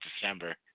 December